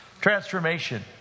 Transformation